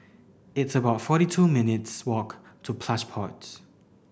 it's about forty two minutes walk to Plush Pods